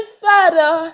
father